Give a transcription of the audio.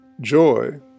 Joy